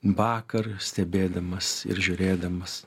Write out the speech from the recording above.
vakar stebėdamas ir žiūrėdamas